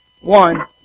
One